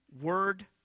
Word